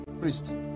priest